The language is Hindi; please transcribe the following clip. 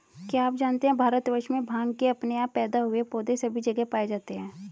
क्या आप जानते है भारतवर्ष में भांग के अपने आप पैदा हुए पौधे सभी जगह पाये जाते हैं?